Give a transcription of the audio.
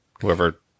Whoever